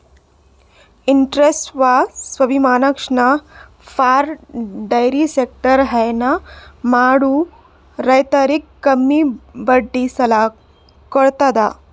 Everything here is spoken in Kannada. interest subvention for dairy sector ಹೈನಾ ಮಾಡೋ ರೈತರಿಗ್ ಕಮ್ಮಿ ಬಡ್ಡಿ ಸಾಲಾ ಕೊಡತದ್